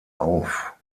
auf